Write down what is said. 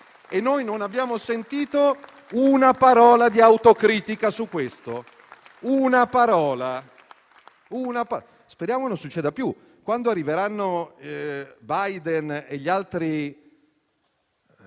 ma non abbiamo sentito una sola parola di autocritica su questo. Speriamo che non succeda più. Quando arriveranno Biden e gli altri